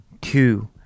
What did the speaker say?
two